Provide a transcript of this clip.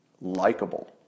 likable